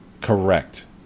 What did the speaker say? Correct